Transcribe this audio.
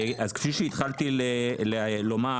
כפי שהתחלתי לומר,